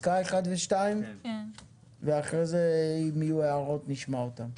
ו-2, ואחרי זה אם יהיו הערות נשמע אותם.